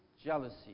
jealousy